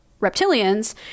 reptilians